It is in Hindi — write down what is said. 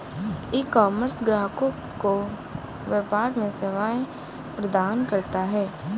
ईकॉमर्स ग्राहकों को व्यापार में सेवाएं प्रदान करता है